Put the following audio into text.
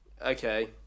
Okay